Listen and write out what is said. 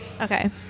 Okay